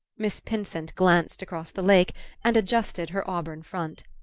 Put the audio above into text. miss pinsent glanced across the lake and adjusted her auburn front.